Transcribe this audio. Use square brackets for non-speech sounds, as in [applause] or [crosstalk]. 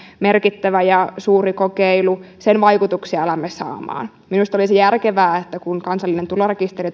merkittävä ja suuri kokeilu sen vaikutuksia alamme saamaan minusta olisi järkevää että kun kansallinen tulorekisteri [unintelligible]